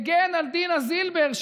הגן על דינה זילבר,